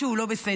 משהו לא בסדר.